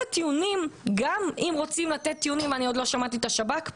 עוד לא שמעתי את השב"כ,